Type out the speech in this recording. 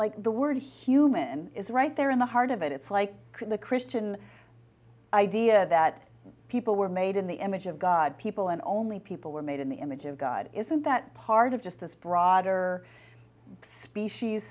like the word human is right there in the heart of it it's like the christian idea that people were made in the image of god people and only people were made in the image of god isn't that part of just this broader species